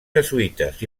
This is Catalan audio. jesuïtes